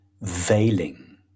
veiling